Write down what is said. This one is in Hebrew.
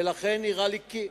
ולכן, נראה לי כי,